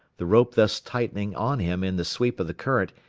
the rope thus tightening on him in the sweep of the current,